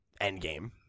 endgame